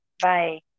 Bye